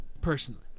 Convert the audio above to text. personally